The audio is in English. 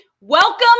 Welcome